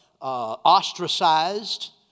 ostracized